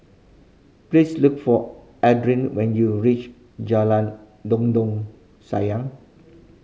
please look for when you reach Jalan Dondang Sayang